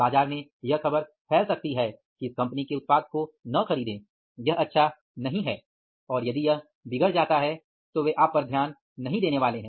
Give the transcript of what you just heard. बाजार में यह खबर फैल सकती है कि इस कंपनी के उत्पाद को न खरीदें यह अच्छा नहीं है और यदि यह बिगड़ जाता है तो वे आप पर ध्यान नही देने वाले हैं